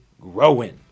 growing